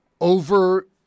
over